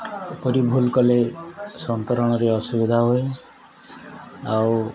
ଏପରି ଭୁଲ କଲେ ସନ୍ତରଣରେ ଅସୁବିଧା ହୁଏ ଆଉ